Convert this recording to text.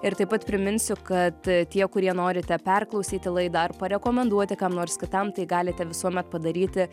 ir taip pat priminsiu kad tie kurie norite perklausyti laidą ar parekomenduoti kam nors kitam tai galite visuomet padaryti